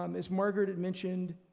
um as margaret had mentioned,